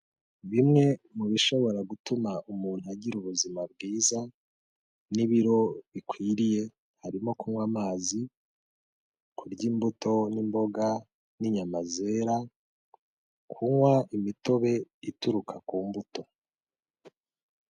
Bimwe mu bishobora gutuma umuntu agira ubuzima bwiza n'ibiro bikwiriye harimo kunywa amazi, kurya imbuto n'imboga n'inyama zera kunywa imitobe ituruka ku mbuto.